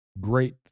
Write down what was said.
great